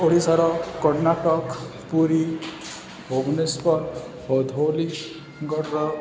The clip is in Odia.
ଓଡ଼ିଶାର କର୍ଣ୍ଣାଟକ ପୁରୀ ଭୁବନେଶ୍ୱର ଓ ଧଉଳିଗଡ଼ର